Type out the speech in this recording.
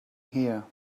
here